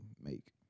make